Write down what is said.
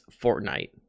fortnite